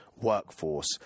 workforce